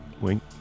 wink